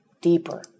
deeper